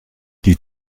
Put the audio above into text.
die